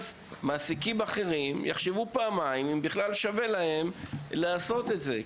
ככה גם מעסיקים אחרים יחשבו פעמיים אם בכלל שווה להם לעשות את זה,